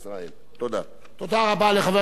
תודה רבה לחבר הכנסת עפו אגבאריה.